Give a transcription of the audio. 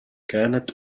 كانت